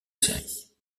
série